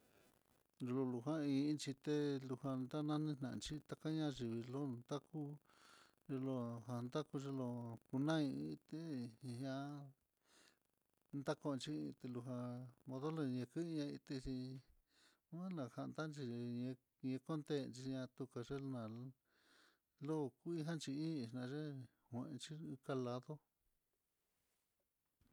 Lulujan ic é, lujan tani tajan xhitakaña lun ndaku lo jan takuyo'o, no kunan ité, híña dakunchí ti lujan modoi ñakuiti, xhi mualajan tayeyiyi nikontexhi ña tukuc al, luu kuii jan xhi hí nayee kuanchí kaladó.